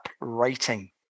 rating